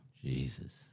Jesus